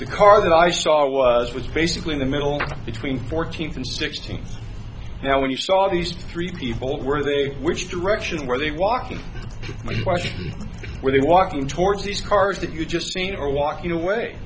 the car that i saw was was basically in the middle between fourteenth and sixteenth now when you saw these three people were they which directions were they walking my questions are they walking towards these cars that you just seen or walking away